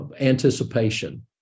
anticipation